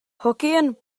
hokkien